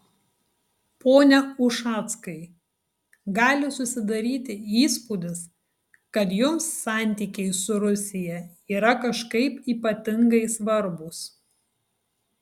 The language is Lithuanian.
pone ušackai gali susidaryti įspūdis kad jums santykiai su rusija yra kažkaip ypatingai svarbūs